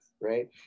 right